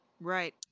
right